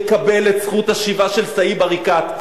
יקבל את זכות השיבה של סאיב עריקאת,